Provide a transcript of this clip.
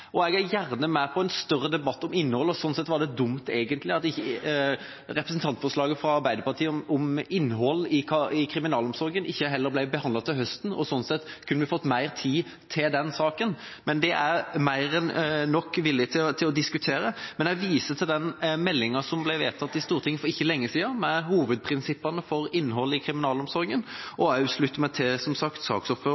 Jeg er gjerne med på en større debatt om innhold, og sånn sett var det dumt, egentlig, at representantforslaget fra Arbeiderpartiet om innhold i kriminalomsorgen ikke heller ble behandlet til høsten, for sånn sett kunne vi fått mer tid til den saken – jeg er mer enn villig nok til å diskutere. Men jeg viser til den meldinga som ble vedtatt i Stortinget for ikke lenge siden, med hovedprinsippene for innholdet i kriminalomsorgen, og slutter meg som sagt også til saksordføreren, som